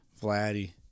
Vladdy